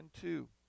two